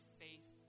faith